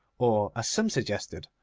or, as some suggested,